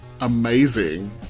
Amazing